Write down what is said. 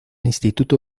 instituto